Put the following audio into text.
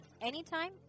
anytime